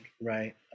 right